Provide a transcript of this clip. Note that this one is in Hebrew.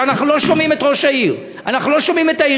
ואנחנו לא שומעים את ראש העיר,